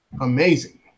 amazing